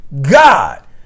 God